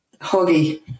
Huggy